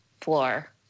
floor